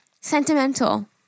Sentimental